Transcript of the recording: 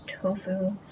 tofu